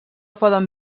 poden